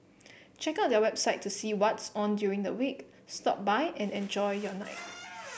check out their website to see what's on during the week stop by and enjoy your night